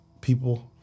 people